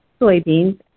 soybeans